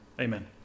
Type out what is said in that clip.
amen